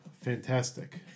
Fantastic